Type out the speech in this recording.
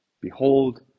behold